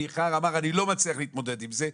מיכאל אמר: אני לא מצליח להתמודד עם זה,